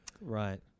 Right